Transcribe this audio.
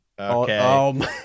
Okay